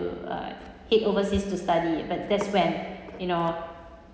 uh head overseas to study but that's when you know